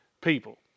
people